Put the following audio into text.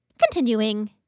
Continuing